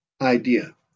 idea